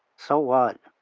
so what?